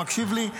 שמקשיב לי,